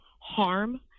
harm